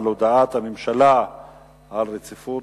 ההצבעה על הודעת הממשלה על רצונה